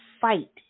fight